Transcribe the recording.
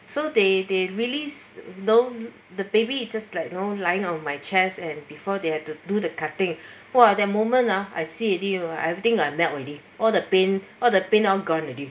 so they they release you know the baby it's just like you know lying on my chest and before they had to do the cutting !wah! the moment ah I see already everything like melt already all the pain all the pain all gone already